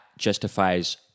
justifies